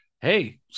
Hey